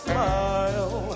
Smile